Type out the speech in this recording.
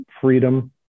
freedom